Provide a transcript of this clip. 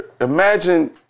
Imagine